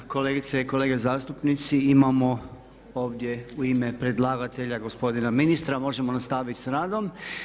Kolegice i kolege zastupnici, imamo ovdje u ime predlagatelja gospodina ministra, možemo nastaviti s radom.